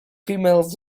females